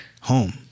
home